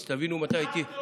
אז תבינו מתי הייתי,